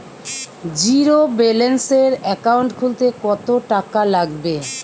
জিরোব্যেলেন্সের একাউন্ট খুলতে কত টাকা লাগবে?